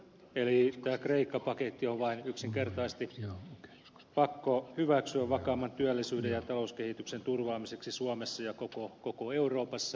eli tämä kreikka paketti on vain yksinkertaisesti pakko hyväksyä vakaamman työllisyyden ja talouskehityksen turvaamiseksi suomessa ja koko euroopassa